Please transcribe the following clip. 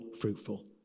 fruitful